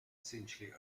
essentially